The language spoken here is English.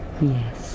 Yes